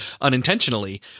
unintentionally